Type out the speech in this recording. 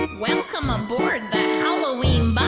ah welcome aboard the halloween